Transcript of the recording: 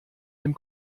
dem